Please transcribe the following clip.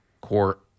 court